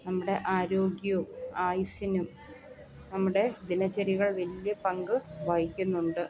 നമ്മുടെ ആരോഗ്യവും ആയുസ്സിനും നമ്മുടെ ദിനചര്യകൾ വലിയ പങ്ക് വഹിക്കുന്നുണ്ട്